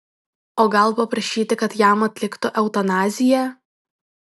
o gal paprašyti kad jam atliktų eutanaziją